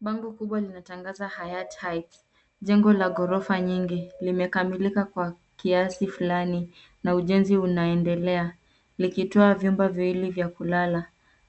Bango kubwa linatangaza Hayat Heights. Jengo la ghorofa nyingi limekamilika kwa kiasi fulani na ujenzi unaendelea likitoa vyumba viwili vya kulala.